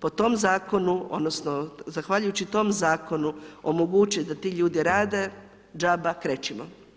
po tom zakonu, odnosno, zahvaljujući tom zakonu, omogućiti da ti ljudi rade, džabe krećimo.